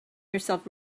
yourself